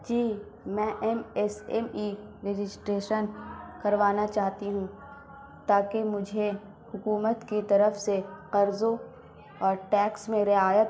جی میں M S M E registration کروانا چاہتی ہوں تاکہ مجھے حکومت کی طرف سے قرضوں اور ٹیکس میں رعایت